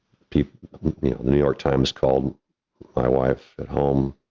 the new york times called my wife at home.